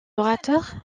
orateur